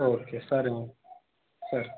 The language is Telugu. ఓకే సరే సరే